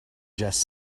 just